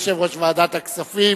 יושב-ראש ועדת הכספים.